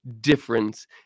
difference